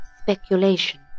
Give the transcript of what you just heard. speculation